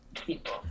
people